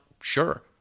Sure